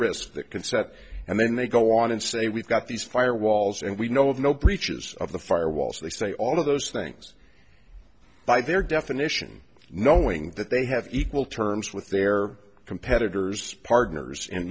risks that can set and then they go on and say we've got these fire walls and we know of no breaches of the fire wall so they say all of those things by their definition knowing that they have equal terms with their competitors partners